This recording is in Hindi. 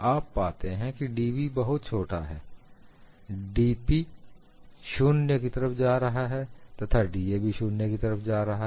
आप पाते हैं की dv बहुत छोटा है dP 0 की तरफ जा रहा है तथा da भी 0 की तरफ जा रहा है